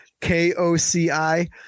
K-O-C-I